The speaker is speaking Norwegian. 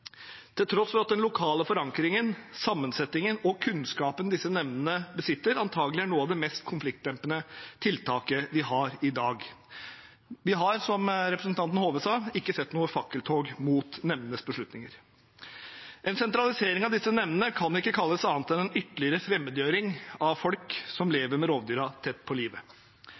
til tross for at den lokale forankringen, sammensetningen og kunnskapen disse nemndene besitter, antakelig er noe av det mest konfliktdempende tiltaket vi har i dag. Vi har, som representanten Hove sa, ikke sett noe fakkeltog mot nemndenes beslutninger. En sentralisering av disse nemndene kan ikke kalles annet enn en ytterligere fremmedgjøring av folk som lever med rovdyrene tett på livet.